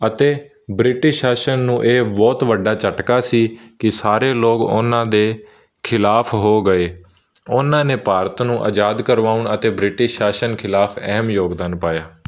ਅਤੇ ਬ੍ਰਿਟਿਸ਼ ਸ਼ਾਸਨ ਨੂੰ ਇਹ ਬਹੁਤ ਵੱਡਾ ਝਟਕਾ ਸੀ ਕਿ ਸਾਰੇ ਲੋਕ ਉਹਨਾਂ ਦੇ ਖਿਲਾਫ ਹੋ ਗਏ ਉਹਨਾਂ ਨੇ ਭਾਰਤ ਨੂੰ ਆਜ਼ਾਦ ਕਰਵਾਉਣ ਅਤੇ ਬ੍ਰਿਟਿਸ਼ ਸ਼ਾਸਨ ਖਿਲਾਫ ਅਹਿਮ ਯੋਗਦਾਨ ਪਾਇਆ